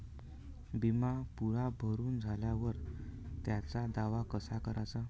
बिमा पुरा भरून झाल्यावर त्याचा दावा कसा कराचा?